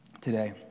today